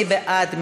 מי בעד?